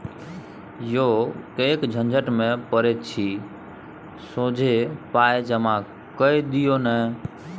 यौ किएक झंझट मे पड़ैत छी सोझे पाय जमा कए दियौ न